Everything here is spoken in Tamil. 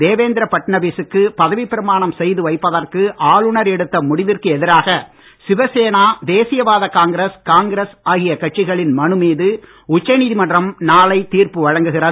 தேவேந்திர ஃபட்னவிஸ் சுக்கு பதவிப் பிரமாணம் செய்து வைப்பதற்கு ஆளுனர் எடுத்து முடிவிற்கு எதிராக சிவசேனா தேசியவாத காங்கிரஸ் காங்கிஸ் ஆகிய கட்சிகளின் மனு மீது உச்ச நீதிமன்றம் நாளை தீர்ப்பு வழங்குகிறது